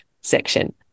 section